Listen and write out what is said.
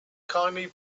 kindly